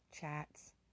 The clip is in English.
chats